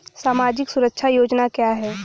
सामाजिक सुरक्षा योजना क्या है?